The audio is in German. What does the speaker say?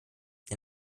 der